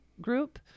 group